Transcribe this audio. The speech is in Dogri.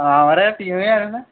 हां महाराज हट्टियां बी हैन